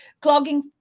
clogging